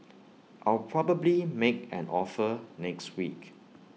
I'll probably make an offer next week